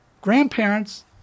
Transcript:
grandparents